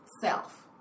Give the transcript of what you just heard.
self